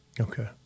Okay